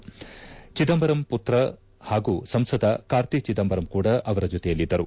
ಅವರೊಂದಿಗೆ ಚಿದಂಬರಂ ಮತ್ರ ಪಾಗೂ ಸಂಸದ ಕಾರ್ತಿ ಚಿದಂಬರಂ ಕೂಡ ಅವರ ಜೊತೆಯಲ್ಲಿದ್ದರು